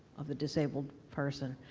of the disabled person,